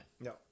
No